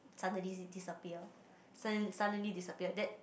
suddenly disappear sudd~ suddenly disappear that